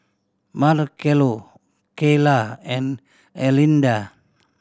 Marcello Kyla and Erlinda